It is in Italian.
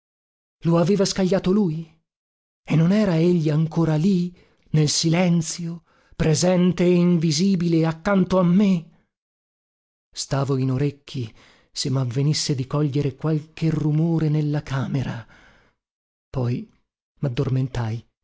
lo aveva scagliato lui e non era egli ancor lì nel silenzio presente e invisibile accanto a me stavo in orecchi se mavvenisse di cogliere qualche rumore nella camera poi